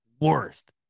Worst